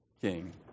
king